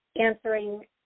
answering